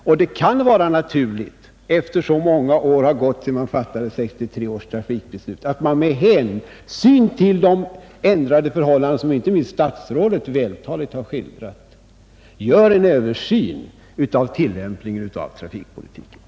När nu så många år gått sedan 1963 års trafikbeslut fattades, kan det vara naturligt att man, med hänsyn till de ändrade förhållanden som inte minst statsrådet vältaligt har skildrat, gör en översyn av tillämpningen av trafikpolitiken.